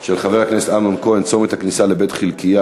של חבר הכנסת אמנון כהן: צומת הכניסה לבית-חלקיה: